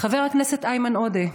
חבר הכנסת איימן עודה,